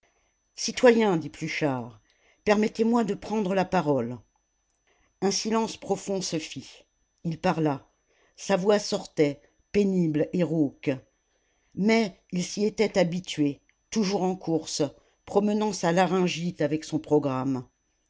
citoyens dit pluchart permettez-moi de prendre la parole un silence profond se fit il parla sa voix sortait pénible et rauque mais il s'y était habitué toujours en course promenant sa laryngite avec son programme